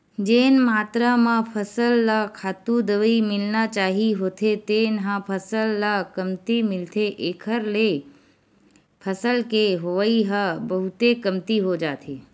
जेन मातरा म फसल ल खातू, दवई मिलना चाही होथे तेन ह फसल ल कमती मिलथे एखर ले फसल के होवई ह बहुते कमती हो जाथे